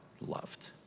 loved